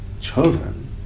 children